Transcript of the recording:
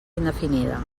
indefinida